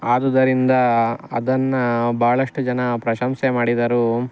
ಆದ್ದರಿಂದ ಅದನ್ನು ಭಾಳಷ್ಟು ಜನ ಪ್ರಶಂಸೆ ಮಾಡಿದರು